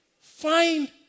Find